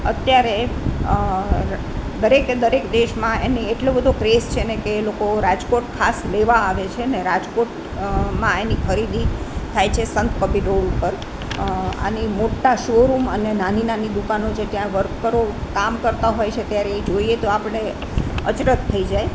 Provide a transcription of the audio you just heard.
અત્યારે દરેકે દરેક દેશમાં એની એટલો બધો ક્રેઝ છે ને કે એ લોકો રાજકોટ ખાસ લેવા આવે છે ને રાજકોટ માં એની ખરીદી થાય છે સંત કબીર રોડ ઉપર આની મોટા શો રૂમ અને નાની નાની દુકાનો છે ત્યાં વર્કરો કામ કરતાં હોય છે ત્યારે ઇ જોઈએ તો આપણે અચરજ થઈ જાય